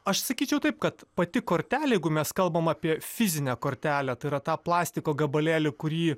aš sakyčiau taip kad pati kortelė jeigu mes kalbame apie fizinę kortelę tai yra tą plastiko gabalėlį kurį